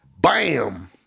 bam